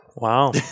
Wow